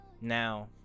now